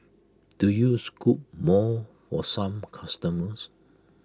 do you scoop more for some customers